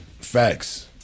Facts